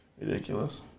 ridiculous